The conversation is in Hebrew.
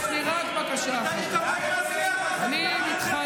יש לי רק בקשה אחת: אני מתחנן,